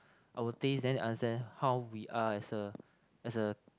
our taste then they understand how we are as a as a